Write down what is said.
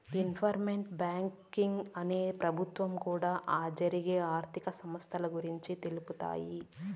investment banking అనేది ప్రభుత్వం కూడా జరిగే ఆర్థిక సంస్థల గురించి తెలుపుతాయి